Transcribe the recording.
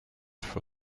for